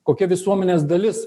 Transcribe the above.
kokia visuomenės dalis